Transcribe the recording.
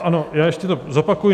Ano, já ještě to zopakuji.